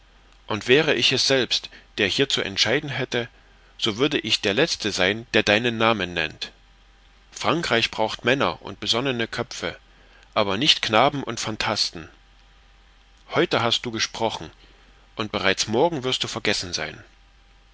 und wäre ich selbst es der hier zu entscheiden hätte so würde ich der letzte sein der deinen namen nennt frankreich braucht männer und besonnene köpfe aber nicht knaben und phantasten heute hast du gesprochen und bereits morgen wirst du vergessen sein